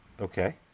Okay